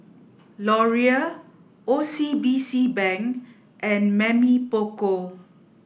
Laurier O C B C Bank and Mamy Poko